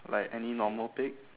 like any normal pig